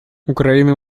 украина